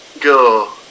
go